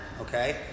Okay